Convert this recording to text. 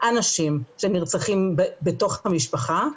אנשים שנרצחים בתוך המשפחה.